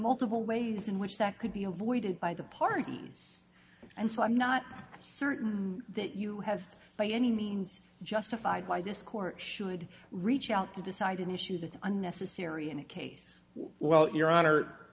multiple ways in which that could be avoided by the parties and so i'm not certain that you have by any means justified why this court should reach out to decide an issue that's unnecessary in a case well your honor